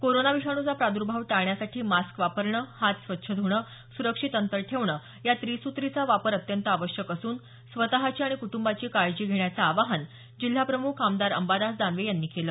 corona विषाणूचा प्रादुर्भाव टाळण्यासाठी मास्क वापरणं हात स्वच्छ धुणं सुरक्षित अंतर ठेवणं या त्रिसूत्रीचा वापर अत्यंत आवश्यक असून स्वतःची आणि कुटंबाची काळजी घेण्याचं आवाहन जिल्हाप्रम्ख आमदार अंबादास दानवे यांनी केलं